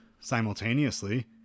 simultaneously